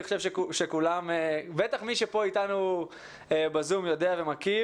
אני חושב שבטח מי שנמצא איתנו בזום יודע ומכיר.